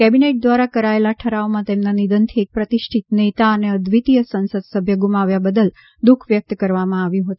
cabinet દ્વારા કરાયેલા ઠરાવમાં તેમના નિધનથી એક પ્રતિષ્ઠિત નેતા અને અદ્વિતીય સંસદ સભ્ય ગુમાવ્યા બદલ દુખ વ્યક્ત કરવામાં આવ્યું છે